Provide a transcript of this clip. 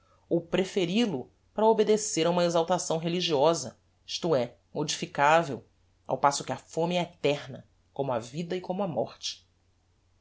ou preferil o para obedecer a uma exaltação religiosa isto é modificavel ao passo que a fome é eterna como a vida e como a morte